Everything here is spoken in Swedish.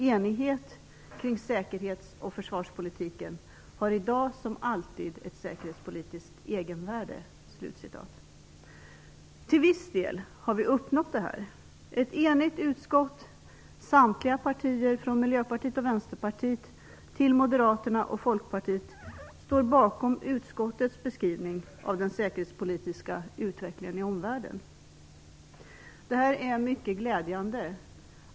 Enighet kring säkerhets och försvarspolitiken har i dag som alltid ett säkerhetspolitiskt egenvärde." Till viss del har vi uppnått detta. Ett enigt utskott där samtliga partier från Miljöpartiet och Vänsterpartiet till Moderaterna och Folkpartiet står bakom utskottets beskrivning av den säkerhetspolitiska utvecklingen i omvärlden. Detta är mycket glädjande.